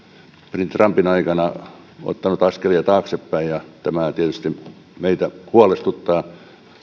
presidentti trumpin aikana ottanut askelia taaksepäin ja tämä tietysti meitä huolestuttaa